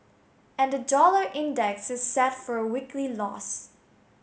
and the dollar index is set for a weekly loss